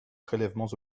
prélèvements